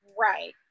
Right